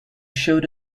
showed